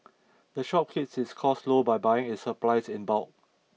the shop keeps its costs low by buying its supplies in bulk